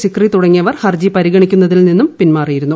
സിക്രി തുടങ്ങിയവർ ഹർജി പരിഗണിക്കുന്നതിൽ നിന്നും പിന്മാറിയിരുന്നു